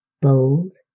bold